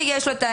יעביר.